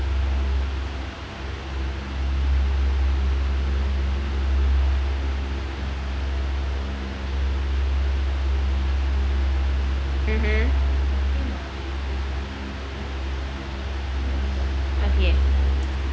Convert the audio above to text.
mmhmm okay